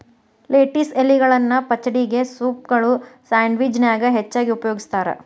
lettuce ಎಲಿಗಳನ್ನ ಪಚಡಿಗೆ, ಸೂಪ್ಗಳು, ಸ್ಯಾಂಡ್ವಿಚ್ ನ್ಯಾಗ ಹೆಚ್ಚಾಗಿ ಉಪಯೋಗಸ್ತಾರ